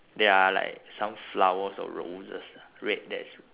there are like some flowers or roses ah red that's